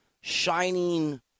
shining